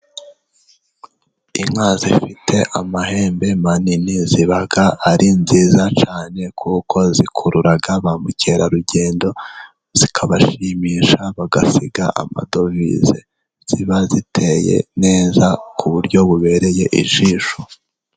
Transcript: Inka zifite amahembe manini ziba ari nziza cyane, kuko zikurura ba mukerarugendo zikabashimisha, bagasiga amadovize. Ziba ziteye neza ku buryo bubereye ijisho.